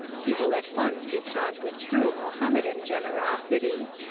he will at once respond with true mohammedan generosity.